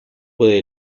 puede